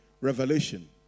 revelation